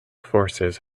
forces